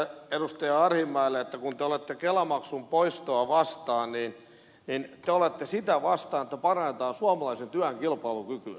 arhinmäelle että kun te olette kelamaksun poistoa vastaan niin te olette sitä vastaan että parannetaan suomalaisen työn kilpailukykyä